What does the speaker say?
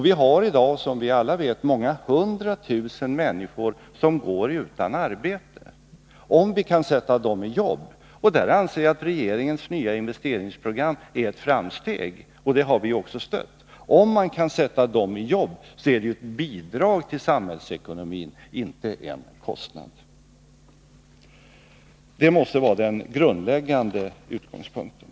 Vi har i dag, som alla vet, många hundratusen människor som går utan arbete. Om vi kan sätta dem i jobb — och här anser jag att regeringens nya investeringsprogram, som vi också har stött, är ett framsteg — är det ett bidrag till samhällsekonomin, inte en kostnad. Det måste vara den grundläggande utgångspunkten.